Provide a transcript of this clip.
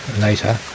later